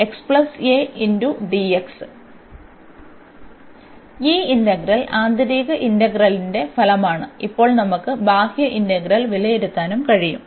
അതിനാൽ ഈ ഇന്റഗ്രൽ ആന്തരിക ഇന്റഗ്രലിന്റെ ഫലമാണ് ഇപ്പോൾ നമുക്ക് ബാഹ്യ ഇന്റഗ്രൽ വിലയിരുത്താനും കഴിയും